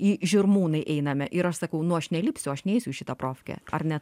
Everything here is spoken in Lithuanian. į žirmūnai einame ir aš sakau nu aš nelipsiu aš neisiu į šitą profkę ar ne